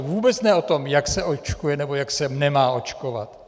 Vůbec ne o tom, jak se očkuje nebo jak se nemá očkovat.